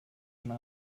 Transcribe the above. schon